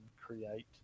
create